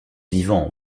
vivant